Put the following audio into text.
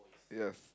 yes